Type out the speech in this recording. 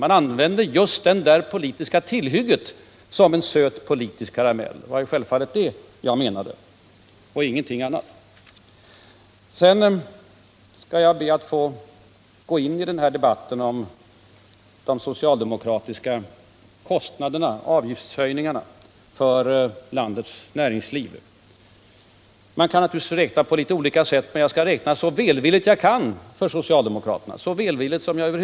Man använder detta politiska tillhygge som en söt karamell, och det var det jag menade — ingenting annat. Jag skall också gå in i debatten om de socialdemokratiska förslagen till avgiftshöjningar för landets näringsliv. Man kan naturligtvis räkna litet olika, men jag skall vara så välvillig som jag kan mot socialdemokraterna.